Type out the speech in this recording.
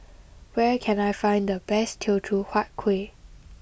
where can I find the best Teochew Huat Kuih